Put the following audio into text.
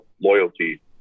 loyalty